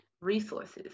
resources